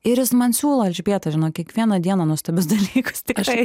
ir jis man siūlo elžbieta žinok kiekvieną dieną nuostabius dalykus tikrai